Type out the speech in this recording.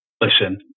listen